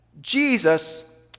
Jesus